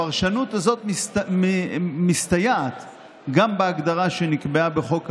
הפרשנות הזאת מסתייעת גם בהגדרה שנקבעה בחוק העונשין,